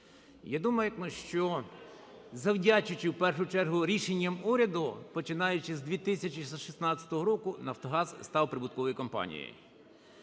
Я думаю, що завдячуючи, в першу чергу, рішенням уряду, починаючи з 2016 року "Нафтогаз" став прибутковою компанією.